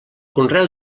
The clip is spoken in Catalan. conreu